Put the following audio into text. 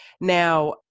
Now